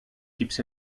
keeps